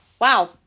wow